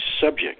subject